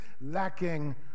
lacking